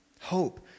Hope